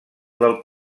del